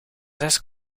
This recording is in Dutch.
zes